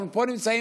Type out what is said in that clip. אנחנו נמצאים